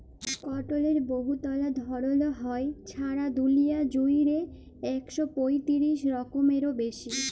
কটলের বহুতলা ধরল হ্যয়, ছারা দুলিয়া জুইড়ে ইক শ পঁয়তিরিশ রকমেরও বেশি